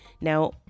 now